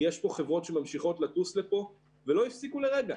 יש פה חברות שממשיכות לטוס לפה ולא הפסיקו לרגע,